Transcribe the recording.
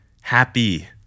Happy